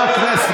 חבר הכנסת גולן.